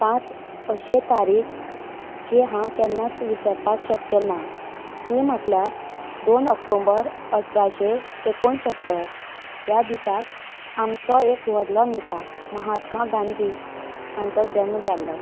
पांच अशे तारीख जे हांव केन्नाच विसपाक शकचे ना ती म्हटल्यार दोन ऑक्टोबर अठराशे एकूणसत्तर ह्या दिसा आमचो एक व्हडलो नेता महात्मा गांधी हांचो जल्म जाल्लो